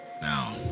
now